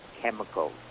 chemicals